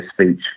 speech